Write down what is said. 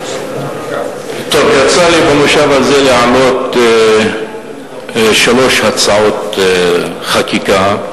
יצא לי במושב הזה להעלות שלוש הצעות חקיקה,